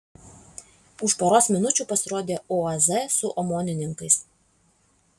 už poros minučių pasirodė uaz su omonininkais